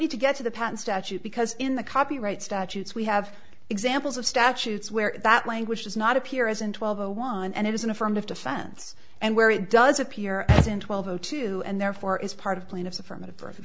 need to get to the patent statute because in the copyright statutes we have examples of statutes where that language does not appear as in twelve zero one and it is an affirmative defense and where it does appear as in twelve o two and therefore is part of plaintiff's affirmative